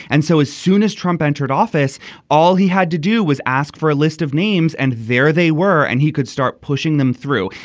and so as soon as trump entered office all he had to do was ask for a list of names and there they were and he could start pushing them through.